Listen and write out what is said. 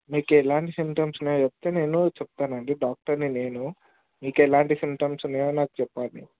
మీకు ఎలాంటి సింటమ్స్ ఉన్నాయో చెప్తే నేను చెప్తాను అండి డాక్టర్ని నేను మీకు ఎలాంటి సింటమ్స్ ఉన్నాయో నాకు చెప్పాలి